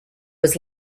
was